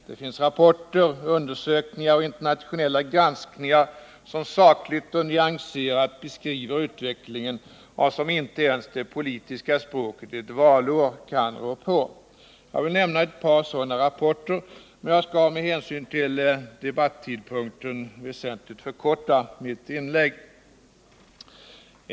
Det finns rapporter, undersökningar och internationella granskningar, som sakligt och nyanserat beskriver utvecklingen och som inte ens det politiska språket ett valår kan rå på. Jag vill nämna ett par sådana rapporter men skall med hänsyn till debattidpunkten väsentligt förkorta mitt inlägg.